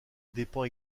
dépend